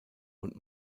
und